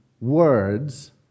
words